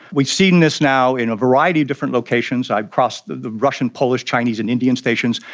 we've seen this now in a variety of different locations. i've crossed the russian, polish, chinese and indian stations,